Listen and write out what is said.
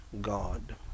God